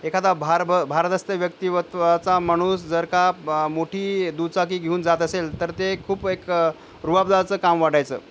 एखादा भारभ भारदस्त व्यक्तिमत्वाचा माणूस जर का मोठी दुचाकी घेऊन जात असेल तर ते खूप एक रुबाबदारचं काम वाटायचं